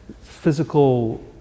physical